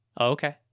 Okay